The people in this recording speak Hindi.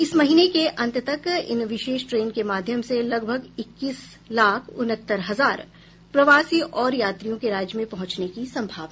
इस महीने के अंत तक इन विशेष ट्रेन के माध्यम से लगभग इक्कीस लाख उनहत्तर हजार प्रवासी और यात्रियों के राज्य में पहुंचने की संभावना है